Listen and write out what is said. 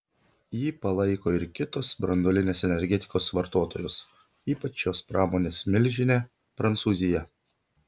jį palaiko ir kitos branduolinės energetikos vartotojos ypač šios pramonės milžinė prancūzija